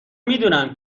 میدونم